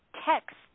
text